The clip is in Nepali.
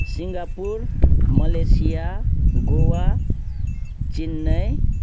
Singapore Malaysia Goa Chennai